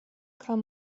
kam